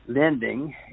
lending